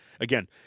again